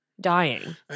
dying